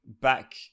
back